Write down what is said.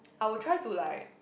I'll try to like